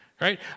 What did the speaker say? Right